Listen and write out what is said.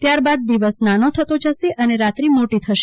ત્યારબાદ દિવસ નાનો થતો જશે અને રાત્રિ મોટી થતી જશે